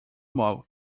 mob